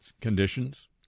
conditions